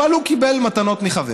אבל הוא קיבל מתנות מחבר.